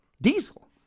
Diesel